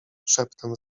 szeptem